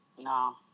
No